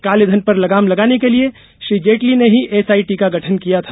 काले धन पर लगाम लगाने के लिए श्री जेटली ने ही एसआईटी का गठन किया था